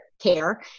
care